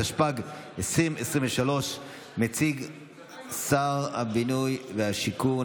התשפ"ג 2023. מציג שר הבינוי והשיכון,